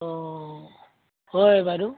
অঁ হয় বাইদেউ